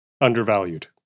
undervalued